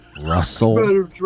Russell